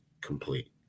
complete